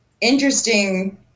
interesting